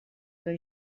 que